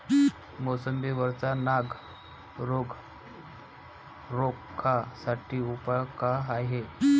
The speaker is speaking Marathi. मोसंबी वरचा नाग रोग रोखा साठी उपाव का हाये?